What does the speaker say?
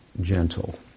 gentle